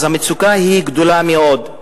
המצוקה גדולה מאוד,